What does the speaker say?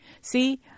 See